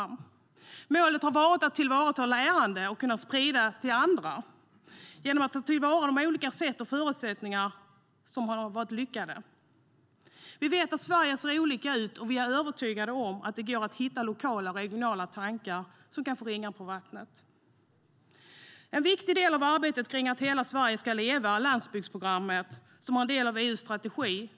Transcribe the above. Målet har varit att tillvarata lärande och kunna sprida det till andra, genom att ta till vara de olika sätt och förutsättningar som har varit lyckade. Vi vet att Sverige ser olika ut, och vi är övertygade om att det går att hitta lokala och regionala tankar som kan få ringar på vattnet. En viktig del av arbetet med att hela Sverige ska leva är landsbygdsprogrammet, som är en del av EU:s strategi.